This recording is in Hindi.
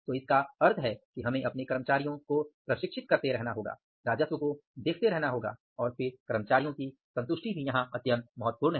तो इसका मतलब है कि हमें अपने कर्मचारियों को प्रशिक्षित करते रहना होगा राजस्व को देखते रहना होगा और फिर कर्मचारियों की संतुष्टि भी यहां महत्वपूर्ण है